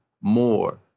more